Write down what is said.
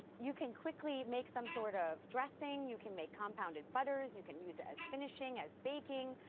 you can quickly make some sort of dressing, you can make compounded butters, you can use it as finishing, as baking.